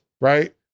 Right